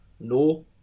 No